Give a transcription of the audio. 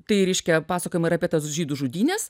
tai reiškia pasakojima ir apie tas žydų žudynes